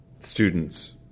students